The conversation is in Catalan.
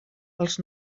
els